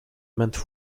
maintes